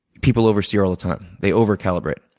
people oversteer all the time. they overcalibrate.